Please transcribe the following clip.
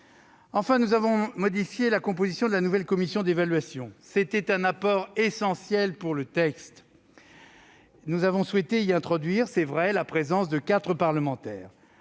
Enfin, nous avons modifié la composition de la nouvelle commission d'évaluation, commission qui est un apport essentiel de ce texte. Nous avons souhaité y introduire, c'est vrai, la présence de quatre parlementaires.